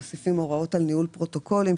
לבדיקה בהיבט הפלילי תהיה גם בדיקה בהיבט